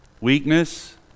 Weakness